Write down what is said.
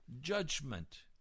judgment